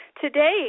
today